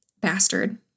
bastard